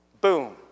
Boom